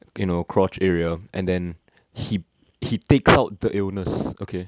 you know crotch area and then he he take out the illness okay